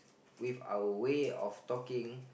with our way of talking